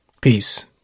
Peace